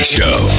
Show